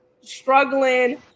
struggling